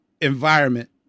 environment